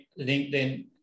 LinkedIn